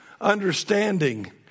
understanding